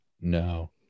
No